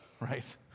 right